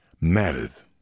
matters